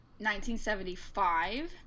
1975